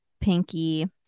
Pinky